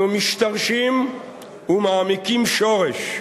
אנחנו משתרשים ומעמיקים שורש,